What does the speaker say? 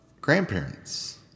grandparents